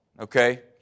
okay